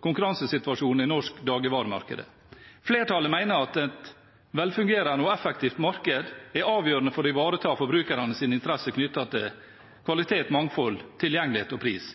konkurransesituasjonen i norsk dagligvaremarked. Flertallet mener at et velfungerende og effektivt marked er avgjørende for å ivareta forbrukernes interesser knyttet til kvalitet, mangfold, tilgjengelighet og pris.